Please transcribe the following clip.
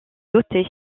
dotée